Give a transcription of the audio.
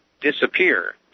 disappear